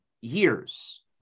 years